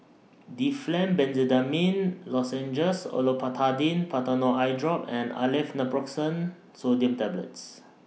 Difflam Benzydamine Lozenges Olopatadine Patanol Eyedrop and Aleve Naproxen Sodium Tablets